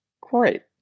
great